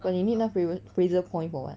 but 你 need 那 Fra~ Fraser point for what